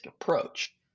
approach